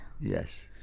Yes